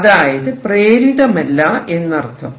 അതായത് പ്രേരിതമല്ല എന്നർത്ഥം